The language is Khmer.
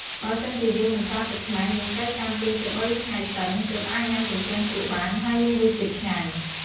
បើសិនជាយើងមិនប្រើទឹកខ្មេះ យើងត្រូវរង់ចាំ២ទៅ៣ថ្ងៃសិន ទើបអាចញុំាទំពាំងជ្រក់បាន ហើយមានរសជាតិឆ្ងាញ់។